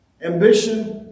Ambition